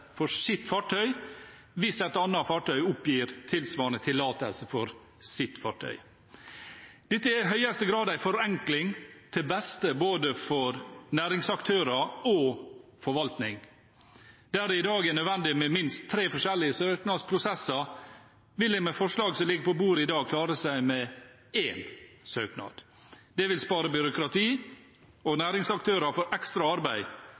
for sitt fartøy hvis et annet fartøy oppgir tilsvarende tillatelse for sitt fartøy. Dette er i høyeste grad en forenkling til beste for både næringsaktører og forvaltning. Der det i dag er nødvendig med minst tre forskjellige søknadsprosesser, vil en med forslaget som ligger på bordet i dag, klare seg med én søknad. Det vil spare byråkrati og næringsaktører for ekstra arbeid